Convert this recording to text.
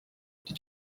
did